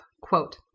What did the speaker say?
Quote